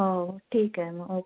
हो ठीक आहे मग ओके